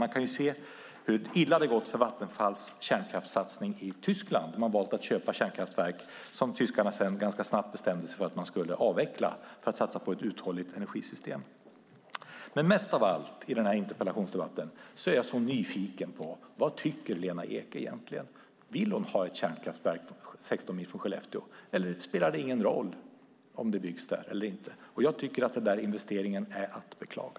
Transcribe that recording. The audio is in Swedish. Vi kan ju se hur illa det har gått för Vattenfalls kärnkraftssatsning i Tyskland, där man har valt att köpa kärnkraftverk som tyskarna sedan ganska snabbt bestämde sig för att avveckla för att satsa på ett uthålligt energisystem. Mest av allt i denna interpellationsdebatt är jag nyfiken på vad Lena Ek egentligen tycker. Vill hon ha ett kärnkraftverk 16 mil från Skellefteå, eller spelar det ingen roll om det byggs där eller inte? Jag tycker att denna investering är att beklaga.